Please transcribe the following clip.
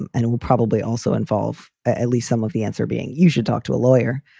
and and it will probably also involve at least some of the answer being you should talk to a lawyer.